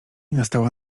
nastała